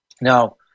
Now